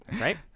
Right